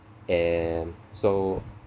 and so